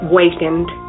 wakened